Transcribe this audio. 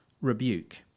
rebuke